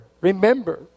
Remember